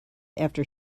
after